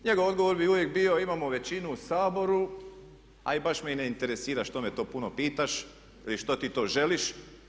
Njegov odgovor bi uvijek bio imamo većinu u Saboru, a i baš me ne interesira što me to puno pitaš ili što ti to želiš.